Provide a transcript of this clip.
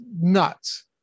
nuts